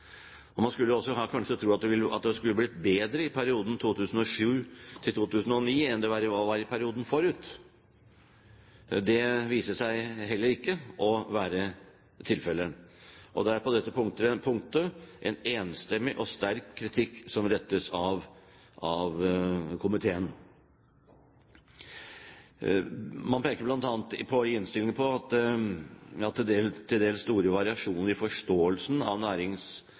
Man skulle kanskje også tro at det hadde blitt bedre i perioden 2007–2009 enn det var i perioden forut. Det viser seg heller ikke å være tilfellet. Det er på dette punktet en enstemmig og sterk kritikk som rettes av komiteen. Man peker bl.a. i innstillingen på at det til dels er store variasjoner i forståelsen av